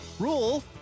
rule